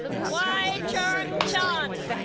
wai cheung chan